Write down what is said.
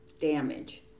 damage